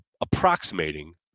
approximating